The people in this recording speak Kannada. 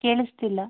ಕೇಳಿಸ್ತಿಲ್ಲ